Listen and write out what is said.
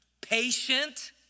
Patient